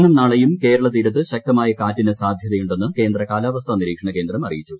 ഇന്നും നാളെയും കേരളതീരത്ത് ശക്തമായ കാറ്റിന് സാധ്യതയുണ്ടെന്ന് കേന്ദ്ര കാലാവസ്ഥാ നിരീക്ഷണകേന്ദ്രം അറിയിച്ചു